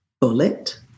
bullet